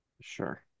Sure